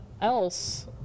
else